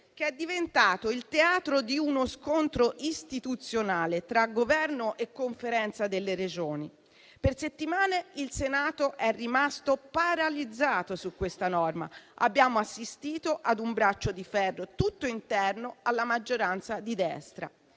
2, diventato il teatro di uno scontro istituzionale tra Governo e Conferenza delle Regioni e delle Province autonome. Per settimane il Senato è rimasto paralizzato su questa norma. Abbiamo assistito ad un braccio di ferro, tutto interno alla maggioranza di destra.